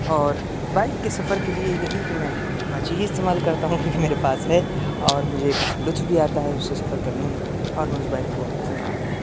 اور بائک کے سفر کے لیے یہی کہ میں اپاچی ہی استعمال کرتا ہوں کیونکہ میرے پاس ہے اور مجھے کافی لطف بھی آتا ہے اس سے سفر کرنے میں اور میں اس بائک کو بہت پسند کرتا ہوں